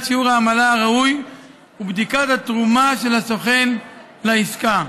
שיעור העמלה הראוי ובדיקת התרומה של הסוכן לעסקה.